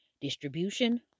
distribution